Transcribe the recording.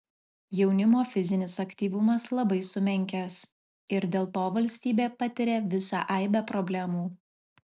jaunimo fizinis aktyvumas labai sumenkęs ir dėl to valstybė patiria visą aibę problemų